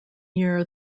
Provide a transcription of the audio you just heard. year